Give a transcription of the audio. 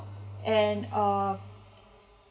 and uh